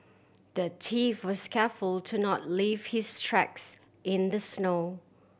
the thief was careful to not leave his tracks in the snow